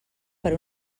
per